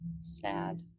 Sad